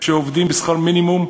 שעובדים בשכר מינימום.